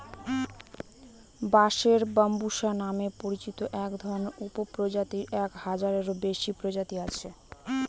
বাঁশের ব্যম্বুসা নামে পরিচিত একধরনের উপপ্রজাতির এক হাজারেরও বেশি প্রজাতি আছে